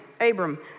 Abram